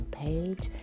page